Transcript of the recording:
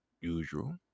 usual